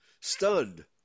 Stunned